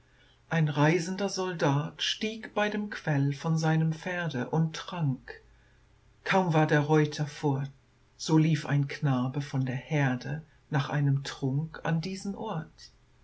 ein reisender soldat stieg bei dem quell von seinem pferde und trank kaum war der reuter fort so lief ein knabe von der herde nach einem trunk an diesen ort